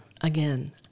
again